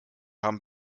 haben